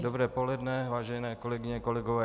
Dobré poledne, vážené kolegyně, kolegové.